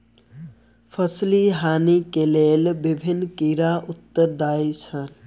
फसिल हानि के लेल विभिन्न कीड़ा उत्तरदायी छल